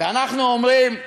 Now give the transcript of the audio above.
אנחנו אומרים,